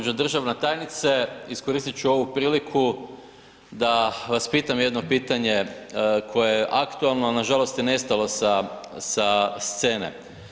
Gđo. državna tajnice, iskoristit ću ovu priliku da vas pitam jedno pitanje koje je aktualno, nažalost je nestalo sa, sa scene.